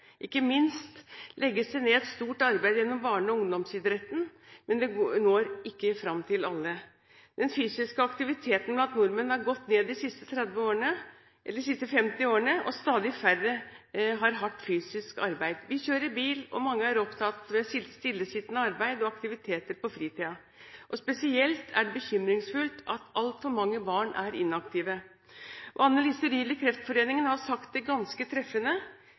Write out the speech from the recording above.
Ikke minst legges det ned et stort arbeid gjennom barne- og ungdomsidretten, men det når ikke fram til alle. Den fysiske aktiviteten blant nordmenn har gått ned de siste 50 årene, og stadig færre har hardt fysisk arbeid. Vi kjører bil, og mange er opptatt av stillesittende arbeid og aktiviteter på fritiden. Spesielt er det bekymringsfullt at altfor mange barn er inaktive. Anne Lise Ryel i Kreftforeningen har sagt det ganske treffende: